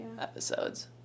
episodes